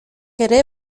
ere